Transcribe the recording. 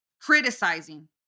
criticizing